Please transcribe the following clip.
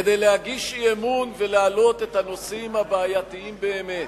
כדי להגיש אי-אמון ולהעלות את הנושאים הבעייתיים באמת,